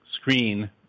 screen